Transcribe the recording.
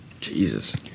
Jesus